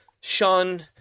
Sean